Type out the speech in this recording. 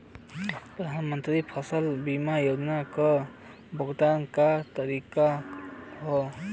प्रधानमंत्री फसल बीमा योजना क भुगतान क तरीकाका ह?